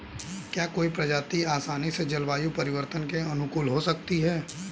क्या कोई प्रजाति आसानी से जलवायु परिवर्तन के अनुकूल हो सकती है?